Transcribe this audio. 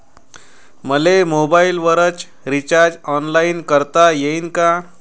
मले मोबाईलच recharge online करता येईन का?